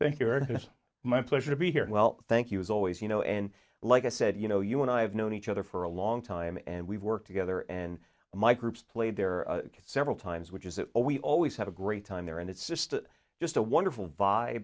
it's my pleasure to be here well thank you as always you know and like i said you know you and i have known each other for a long time and we've worked together and my group played there are several times which is that we always have a great time there and it's just just a wonderful